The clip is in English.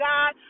God